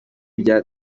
rya